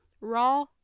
raw